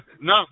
no